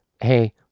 Hey